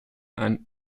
and